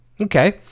okay